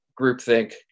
groupthink